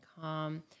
calm